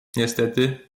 niestety